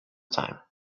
time